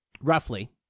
roughly